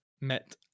met